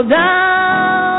down